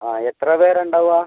ആ എത്ര പേരാണ് ഉണ്ടാവുക